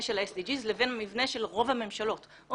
של ה- SDGsובין המבנה של רוב הממשלות.